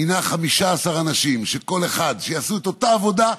מינה 15 אנשים שיעשו כל אחד את אותה עבודה,